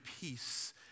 peace